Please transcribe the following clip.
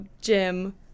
gym